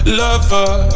lover